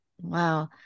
Wow